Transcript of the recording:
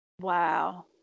wow